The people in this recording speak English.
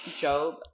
Job